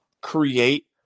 create